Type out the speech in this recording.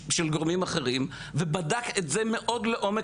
ושל גורמים אחרים ובדק את זה מאוד לעומק